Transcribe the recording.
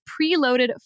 preloaded